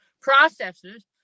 processes